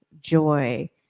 joy